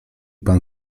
pan